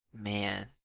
Man